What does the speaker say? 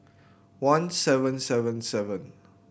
one seven seven seven